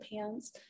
pants